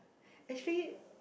actually